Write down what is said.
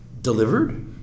delivered